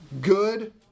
Good